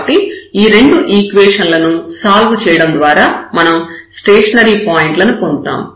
కాబట్టి ఈ రెండు ఈక్వేషన్ లను సాల్వ్ చేయడం ద్వారా మనం స్టేషనరీ పాయింట్లను పొందుతాము